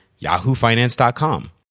yahoofinance.com